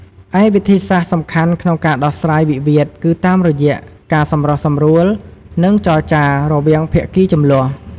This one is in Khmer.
ឯវិធីសាស្ត្រសំខាន់ក្នុងការដោះស្រាយវិវាទគឺតាមរយៈ ការសម្រុះសម្រួល និងចរចា រវាងភាគីជម្លោះ។